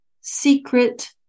secret